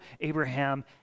Abraham